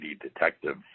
detective